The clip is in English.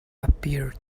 appeared